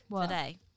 today